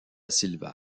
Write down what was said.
silva